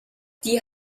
die